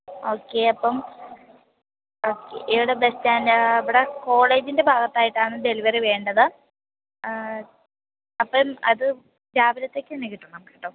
okay അപ്പം okay എവിടെ bus stand ഇവിടെ കോളേജിൻ്റെ ഭാഗത്തായിട്ടാണ് ഡെലിവെറി വേണ്ടത് അപ്പം അത് രാവിലത്തേക്ക് തന്നെ കിട്ടണം കേട്ടോ